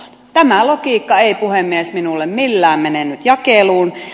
tämä logiikka ei puhemies minulle millään mene nyt jakeluun